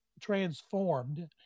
transformed